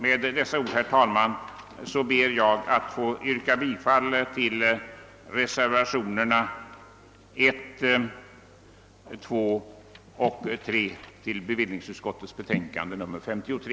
Med dessa ord ber jag att få yrka bifall till reservationerna 1, 2 och 3 vid bevillningsutskottets betänkande nr 53.